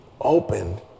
Opened